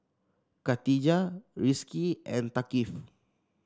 Katijah Rizqi and Thaqif